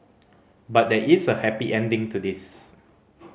but there is a happy ending to this